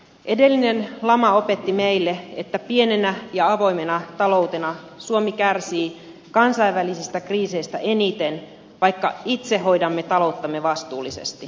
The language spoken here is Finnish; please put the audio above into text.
edellinen lama opetti meille että pienenä ja avoimena taloutena suomi kärsii kansainvälisistä kriiseistä eniten vaikka itse hoidamme talouttamme vastuullisesti